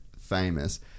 famous